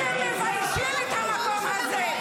אתם מביישים את המקום הזה.